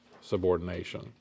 subordination